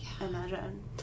imagine